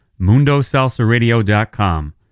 MundoSalsaRadio.com